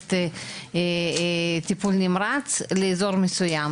ניידת טיפול נמרץ לאזור מסוים?